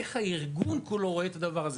איך הארגון כולו רואה את הדבר הזה?